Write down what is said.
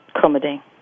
comedy